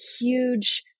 huge